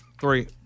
Three